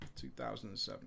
2007